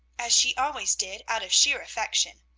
as she always did out of sheer affection.